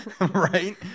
Right